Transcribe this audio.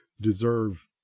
deserve